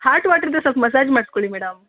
hot ವಾಟರ್ದು ಸ್ವಲ್ಪ massage ಮಾಡ್ಸ್ಕೊಳ್ಳಿ ಮೇಡಮ್